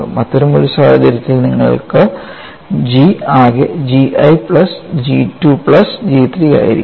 അത്തരമൊരു സാഹചര്യത്തിൽ നിങ്ങൾക്ക് G ആകെ G I plus G II plus G III ആയിരിക്കും